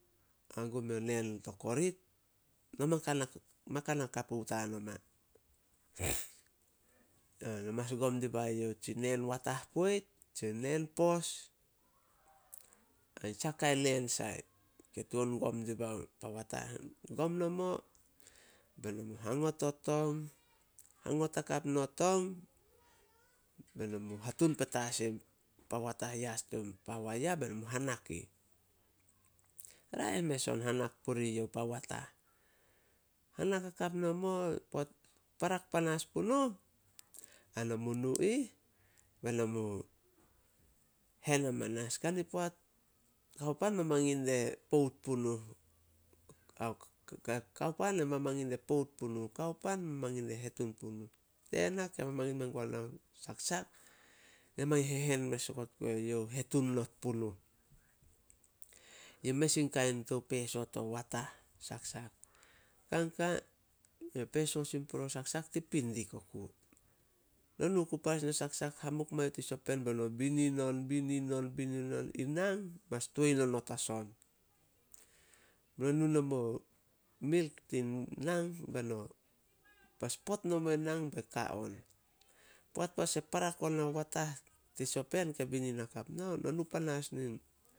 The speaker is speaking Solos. hangum meo neen to korit. No makana- makana kapu tan oma. No mas gom dibae youh tsi neen watah poit, tsi neen pos ain saha kain neen sai ke tuan gom dibao pa watah. Gom nomo beno mu hangot o tong, hangot hakap no tong, beno mu hatun petas in pa watah yas tin pa waya beno mu hanak ih. Raeh mes on hanak puri youh pa watah. Hanak hakap nomo, poat parak panas punuh, beno mu nu ih beno mu hen hamanas. Kani poat, kao pan mamangin die pout punuh- Kao pan mamangin die pout punuh. Kao pan mangin die hetun punuh. Tena ke mamangin mengua nao saksak, ne mangin hehen mes okot gue youh hetun not punuh. Yi mes in kain tou peso to saksak. Kan ka peso sin purio saksak, tin pindik oku. No nu ku panas no saksak, hamuk mae youh tin sopen beno binin on, binin on- binin on. In nang, mas toi nonot as on. No nu nomo milk tin nang, beno, mas pot nomo in nang be ka on. Poat panas e parak onao watah tin sopen ke binin hakap nao. Nu panas nin